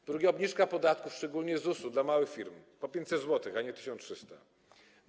Po drugie, obniżka podatków, szczególnie ZUS-u dla małych firm - po 500 zł, a nie 1300 zł.